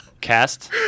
Cast